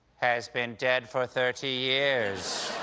has been dead for thirty years!